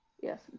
yes